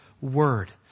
word